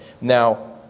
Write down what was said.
Now